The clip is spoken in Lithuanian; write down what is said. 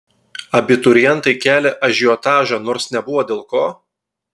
abiturientai kelią ažiotažą nors nebuvo dėl ko